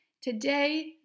Today